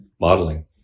modeling